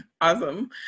Awesome